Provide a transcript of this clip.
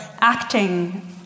acting